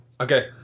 Okay